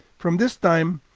from this time,